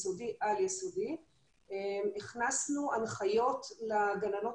יסודי ועל-יסודי הכנסנו הנחיות לגננות